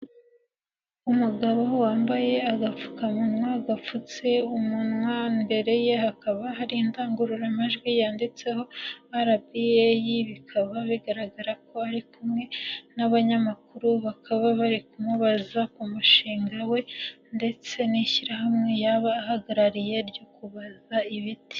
Umugabo wambaye agapfukamunwa gapfutse umunwa, imbere ye hakaba hari indangururamajwi yanditseho RBA bikaba bigaragara ko ari kumwe n'abanyamakuru bakaba bari kumubaza ku mushinga we ndetse n'ishyirahamwe yaba ahagarariye ryo kubaza ibiti.